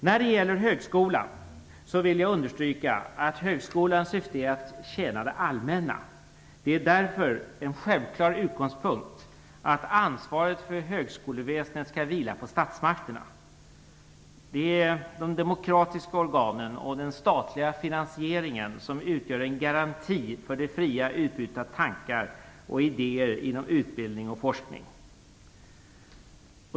Jag vill understryka att högskolans syfte är att tjäna det allmänna. Det är därför en självklar utgångspunkt att ansvaret för högskoleväsendet skall vila på statsmakterna. Det är de demokratiska organen och den statliga finansieringen som utgör en garanti för det fria utbytet av tankar och idéer inom utbildning och forskning.